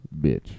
bitch